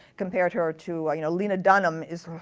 compared her to you know lena dunham is.